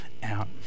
Out